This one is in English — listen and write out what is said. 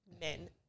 men